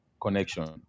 Connection